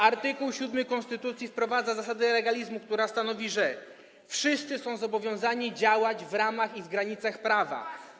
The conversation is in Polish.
Art. 7 konstytucji wprowadza zasadę legalizmu, która stanowi, że wszyscy są zobowiązani działać w ramach i w granicach prawa.